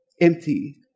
empty